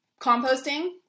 Composting